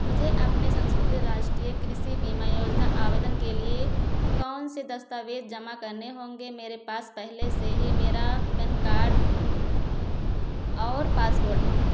मुझे अपने संशोधित राष्ट्रीय कृषि बीमा योजना आवेदन के लिए कौन से दस्तावेज़ जमा करने होंगे मेरे पास पहले से ही मेरा पैन कार्ड और पासपोर्ट है